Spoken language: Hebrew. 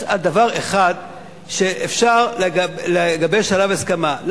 יש דבר אחד שאפשר לגבש עליו הסכמה.